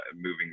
moving